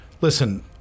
listen